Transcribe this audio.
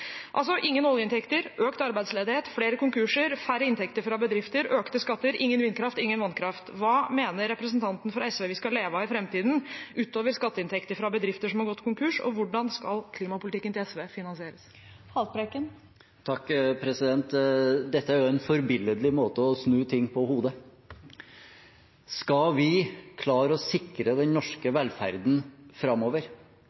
Altså: ingen oljeinntekter, økt arbeidsledighet, flere konkurser, færre inntekter fra bedrifter, økte skatter, ingen vindkraft, ingen vannkraft. Hva mener representanten fra SV vi skal leve av i framtiden, ut over skatteinntekter fra bedrifter som har gått konkurs, og hvordan skal klimapolitikken til SV finansieres? Dette er jo en forbilledlig måte å snu ting på hodet på. Skal vi klare å sikre den norske